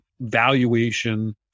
valuation